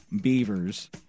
Beavers